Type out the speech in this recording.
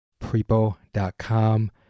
prepo.com